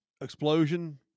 explosion